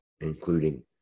Including